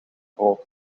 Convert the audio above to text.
brood